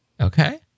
Okay